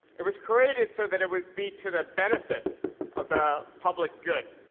it was created so that it would be to the benefit of the public good.